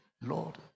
Lord